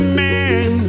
man